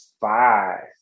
five